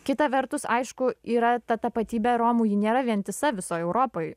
kita vertus aišku yra ta tapatybė romų ji nėra vientisa visoj europoj